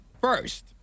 first